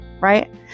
right